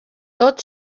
tot